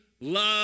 love